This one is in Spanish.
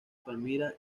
palmira